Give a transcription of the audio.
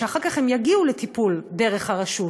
כשאחר כך הם יגיעו לטיפול דרך הרשות